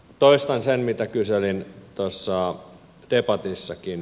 toistan sen mitä kyselin tuossa debatissakin